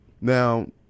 Now